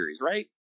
right